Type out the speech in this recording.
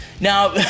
Now